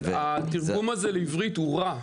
התרגום הזה לעברית הוא רע.